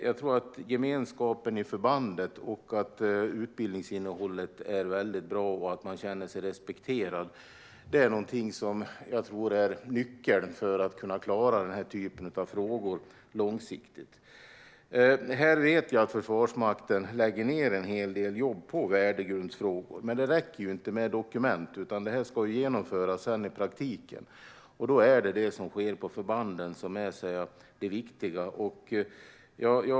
Jag tror att gemenskapen i förbandet, att utbildningsinnehållet är bra och att man känner sig respekterad är nyckeln för att kunna klara den här typen av frågor på lång sikt. Jag vet att Försvarsmakten lägger ned en hel del jobb på värdegrundsfrågor. Men det räcker inte med dokument. Det ska också genomföras i praktiken. Det är det som sker i förbanden som är det viktiga.